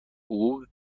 حقوق